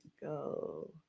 Go